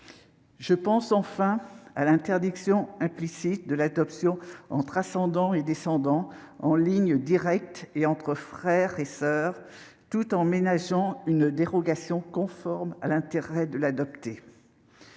Je pense, enfin, à l'interdiction explicite de l'adoption entre ascendants et descendants en ligne directe et entre frères et soeurs, tout en ménageant une dérogation conforme à l'intérêt de l'adopté.